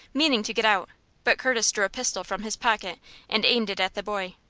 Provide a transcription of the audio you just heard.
meaning to get out but curtis drew a pistol from his pocket and aimed it at the boy.